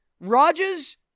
Rodgers